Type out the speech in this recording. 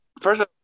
first